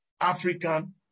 African